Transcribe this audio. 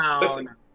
Listen